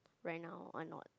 right now are not